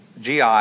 GI